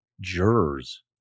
jurors